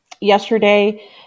yesterday